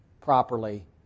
properly